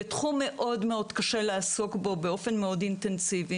בתחום שמאוד מאוד קשה לעסוק בו באופן מאוד אינטנסיבי